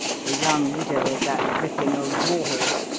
the young widow of that ripping old warhorse,